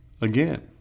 again